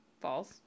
False